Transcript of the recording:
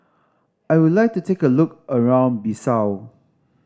I would like to take a look around Bissau